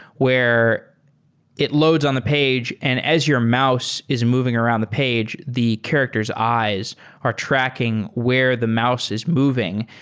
where it loads on the page and as your mouse is moving around the page, the character's eyes are tracking where the mouse is moving.